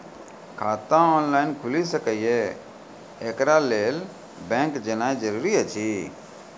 खाता ऑनलाइन खूलि सकै यै? एकरा लेल बैंक जेनाय जरूरी एछि?